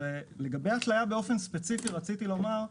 לגבי התלייה באופן ספציפי רציתי לומר,